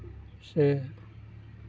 ᱥᱮ